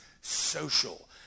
social